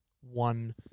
one